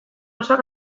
osoak